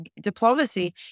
diplomacy